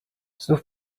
znów